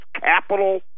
capital